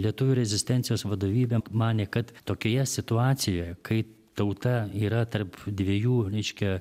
lietuvių rezistencijos vadovybę manė kad tokioje situacijoje kai tauta yra tarp dviejų reiškia